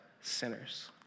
sinners